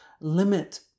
limit